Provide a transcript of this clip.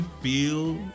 feel